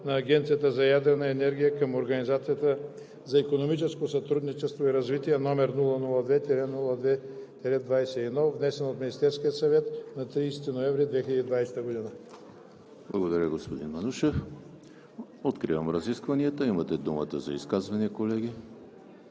на Агенцията за ядрена енергия към Организацията за икономическо сътрудничество и развитие, № 002-02-21, внесен от Министерския съвет на 30 ноември 2020 г.“ ПРЕДСЕДАТЕЛ ЕМИЛ ХРИСТОВ: Благодаря, господин Манушев. Откривам разискванията. Имате думата за изказвания, колеги.